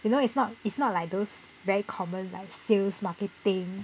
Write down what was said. you know it's not it's not like those very common like sales marketing